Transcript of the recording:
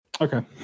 okay